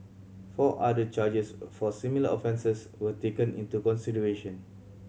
four other charges for similar offences were taken into consideration